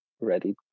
ready